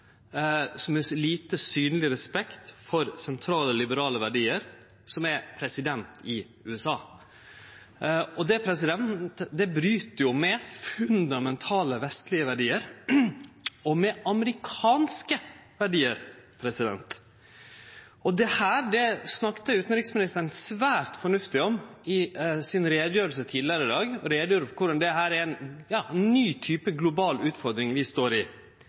som viser lite synleg respekt for sentrale liberale verdiar, som er president i USA. Det bryt med fundamentale vestlege verdiar og med amerikanske verdiar. Dette snakka utanriksministeren svært fornuftig om i utgreiinga si tidlegare i dag – han gjorde greie for korleis dette er ein ny type global utfordring vi står i.